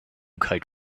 kite